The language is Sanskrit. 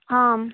आम्